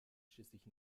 schließlich